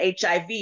hiv